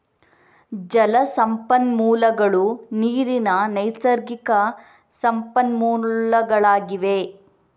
ಜಲ ಸಂಪನ್ಮೂಲಗಳು ನೀರಿನ ನೈಸರ್ಗಿಕ ಸಂಪನ್ಮೂಲಗಳಾಗಿವೆ